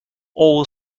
all